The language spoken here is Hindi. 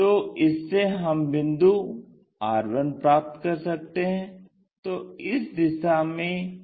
तो इससे हम बिंदु r1 प्राप्त कर सकते हैं तो इस दिशा में यह बिंदु r1 है